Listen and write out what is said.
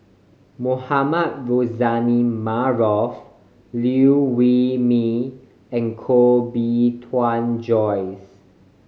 Mohamed Rozani Maarof Liew Wee Mee and Koh Bee Tuan Joyce